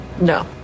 No